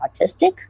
autistic